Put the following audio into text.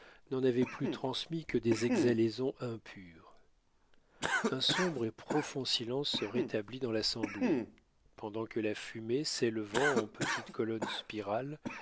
n'en avait plus transmis que des exhalaisons impures un sombre et profond silence se rétablit dans l'assemblée pendant que la fumée s'élevant en petites colonnes spirales